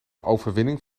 overwinning